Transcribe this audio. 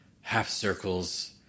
half-circles